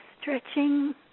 stretching